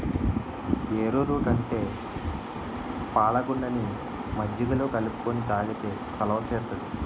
ఏరో route అంటే పాలగుండని మజ్జిగలో కలుపుకొని తాగితే సలవ సేత్తాది